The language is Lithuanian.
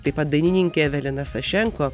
taip pat dainininkė evelina sašenko